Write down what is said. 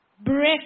break